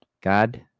God